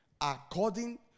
according